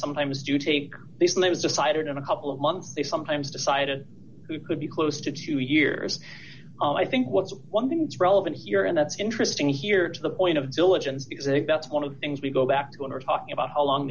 sometimes do take these lives decided in a couple of months they sometimes decided who could be close to two years i think what's one thing that's relevant here and that's interesting here to the point of diligence because if that's one of the things we go back to what we're talking about how long